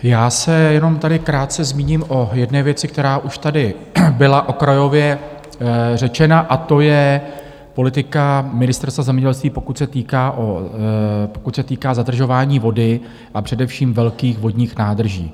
Já se jenom tady krátce zmíním o jedné věci, která už tady byla okrajově řečena, a to je politika Ministerstva zemědělství, pokud se týká zadržování vody a především velkých vodních nádrží.